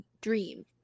dream